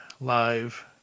live